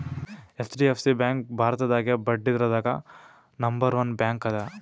HDFC bank ಭಾರತದಾಗೇ ಬಡ್ಡಿದ್ರದಾಗ್ number one bank ಅದ